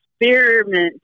experiment